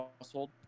household